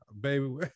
Baby